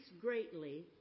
greatly